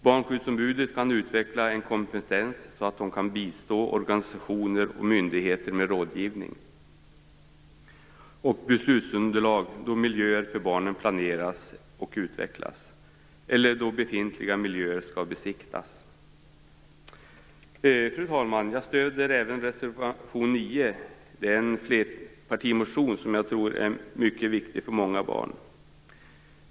Barnskyddsombuden kan utveckla en kompetens så att de kan bistå organisationer och myndigheter med rådgivning och beslutsunderlag då miljöer för barn planeras och utvecklas eller då befintliga miljöer skall besiktas. Fru talman! Jag stöder även reservation 9. Den grundar sig på en flerpartimotion som jag tror är mycket viktig för många barn.